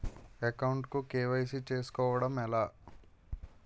Account కు KYC చేసుకోవడం ఎలా?